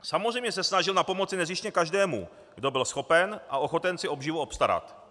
Samozřejmě se snažil napomoci nezištně každému, kdo byl schopen a ochoten si obživu obstarat.